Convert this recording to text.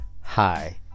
Hi